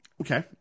Okay